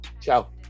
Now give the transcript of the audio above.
Ciao